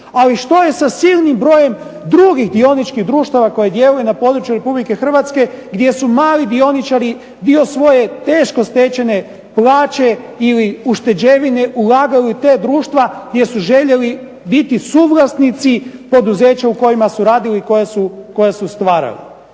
Ali što je sa silnim brojem drugih dioničkih društava koje djeluju na području Republike Hrvatske, gdje su mali dioničari dio svoje teško stečene plaće ili ušteđevine ulagali u ta društva, gdje su željeli biti suvlasnici poduzeća u kojima su radili, koja su stvarali.